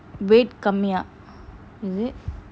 weight கம்மியா:kammiya is it